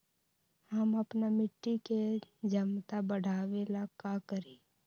हम अपना मिट्टी के झमता बढ़ाबे ला का करी?